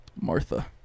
Martha